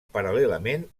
paral·lelament